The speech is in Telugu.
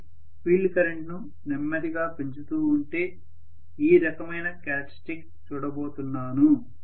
నేను ఫీల్డ్ కరెంట్ను నెమ్మదిగా పెంచుతూ ఉంటే ఈ రకమైన క్యారెక్టర్స్టిక్స్ చూడబోతున్నాను